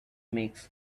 makes